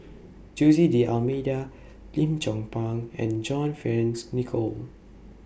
Jose D'almeida Lim Chong Pang and John Fearns Nicoll